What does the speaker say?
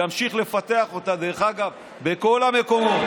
ימשיך לפתח אותה, דרך אגב, בכל המקומות.